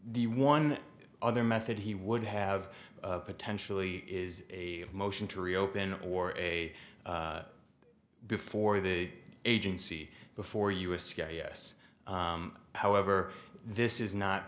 the one other method he would have potentially is a motion to reopen or a before the agency before us scary yes however this is not